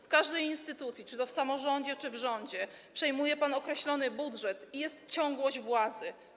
W każdej instytucji - czy to w samorządzie, czy w rządzie - przejmuje pan określony budżet i jest ciągłość władzy.